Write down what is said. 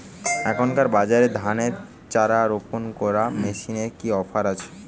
এখনকার বাজারে ধানের চারা রোপন করা মেশিনের কি অফার আছে?